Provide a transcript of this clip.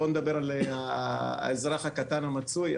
בואו נדבר על האזרח הקטן, המצוי.